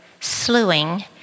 slewing